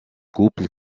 couple